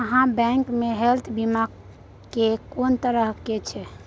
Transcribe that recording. आहाँ बैंक मे हेल्थ बीमा के कोन तरह के छै?